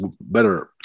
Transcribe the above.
better